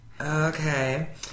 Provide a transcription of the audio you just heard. okay